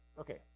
okay